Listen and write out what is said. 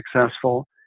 successful